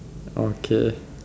okay